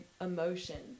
emotion